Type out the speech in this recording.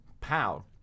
pow